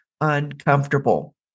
uncomfortable